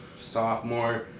sophomore